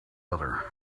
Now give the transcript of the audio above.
other